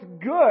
good